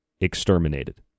exterminated